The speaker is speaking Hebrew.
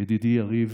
ידידי יריב,